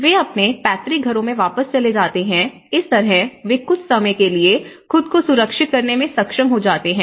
वे अपने पैतृक घरों में वापस चले जाते हैं इस तरह वे कुछ समय के लिए खुद को सुरक्षित करने में सक्षम हो सकते हैं